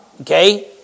Okay